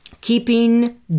Keeping